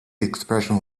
expression